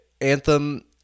anthem